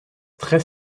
très